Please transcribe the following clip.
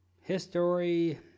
History